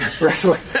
Wrestling